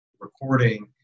recording